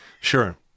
Sure